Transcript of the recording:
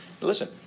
listen